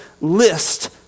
list